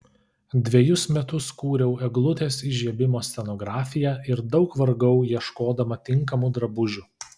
dvejus metus kūriau eglutės įžiebimo scenografiją ir daug vargau ieškodama tinkamų drabužių